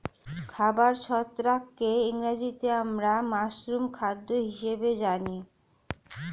খাবার ছত্রাককে ইংরেজিতে আমরা মাশরুম খাদ্য হিসেবে জানি